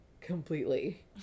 completely